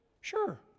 Sure